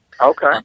okay